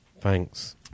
thanks